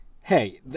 hey